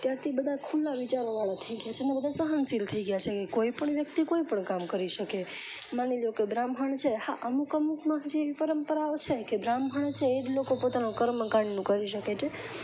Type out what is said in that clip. ત્યાંથી બધા ખુલ્લાં વિચારો વાળા થઈ ગયાં છે અને બધા સહનશીલ થઈ ગયાં છે કોઈ પણ વ્યક્તિ કોઈ પણ કામ કરી શકે માની લો કે બ્રાહ્મણ છે હા અમુક અમુકમાં હજી એવી પરંપરાઓ છે કે બ્રાહ્મણ છે એજ લોકો પોતાનું કર્મકાંડનું કરી શકે છે